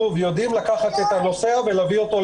חובות נוסע למסירת פרטים אישיים ופרטים הנחוצים לאיתורו נוסע בטיסה